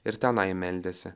ir tenai meldėsi